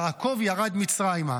יעקב ירד מצרימה.